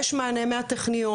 יש מענה מהטכניון,